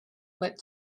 but